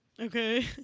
Okay